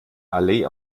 allee